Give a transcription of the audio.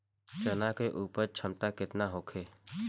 चना के उपज क्षमता केतना होखे?